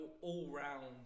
all-round